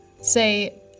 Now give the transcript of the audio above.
say